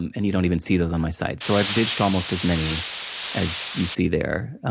and, you don't even see those on my site. so, i've ditched almost as many as you see there.